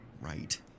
Right